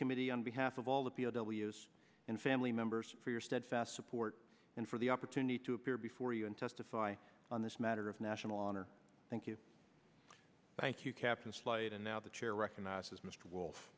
committee on behalf of all the p o w s and family members for your steadfast support and for the opportunity to appear before you and testify on this matter of national honor thank you thank you captain slade and now the chair recognizes m